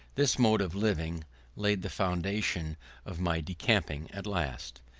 this mode of living laid the foundation of my decamping at last.